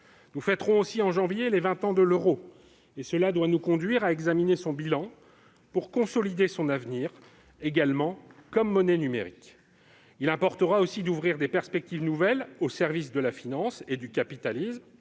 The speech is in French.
Nous fêterons aussi en janvier prochain les vingt ans de l'euro, et cela doit nous conduire à examiner son bilan pour consolider son avenir, également comme monnaie numérique. Il importera aussi d'ouvrir des perspectives nouvelles au service de la finance et du capitalisme